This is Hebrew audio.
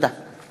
תודה.